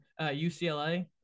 UCLA